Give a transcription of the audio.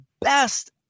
best